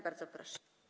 Bardzo proszę.